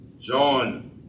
john